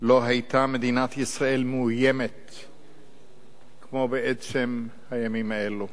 לא היתה מדינת ישראל מאוימת כמו בעצם הימים האלו.